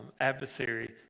adversary